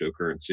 cryptocurrency